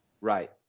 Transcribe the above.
right